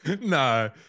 no